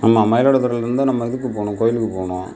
ஆமாம் மயிலாடுதுறையிலருந்து நம்ம இதுக்கு போகணும் கோயிலுக்கு போகணும்